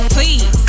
Please